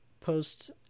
post